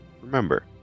Remember